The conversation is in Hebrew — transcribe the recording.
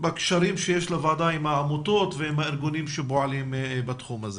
בקשרים שיש לוועדה עם עמותות ועם ארגונים שפועלים בתחום הזה.